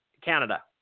Canada